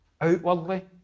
Outwardly